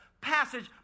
passage